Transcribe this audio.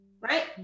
right